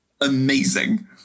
amazing